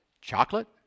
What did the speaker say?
Chocolate